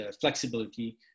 flexibility